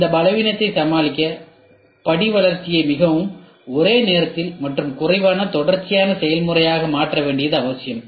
இந்த பலவீனத்தை சமாளிக்க படி வளர்ச்சியை மிகவும் ஒரே நேரத்தில் மற்றும் குறைவான தொடர்ச்சியான செயல்முறையாக மாற்ற வேண்டியது அவசியம்